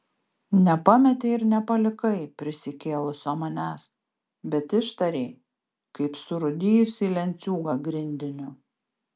nepametei ir nepalikai prisikėlusio manęs bet ištarei kaip surūdijusį lenciūgą grindiniu